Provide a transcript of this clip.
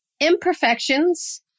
imperfections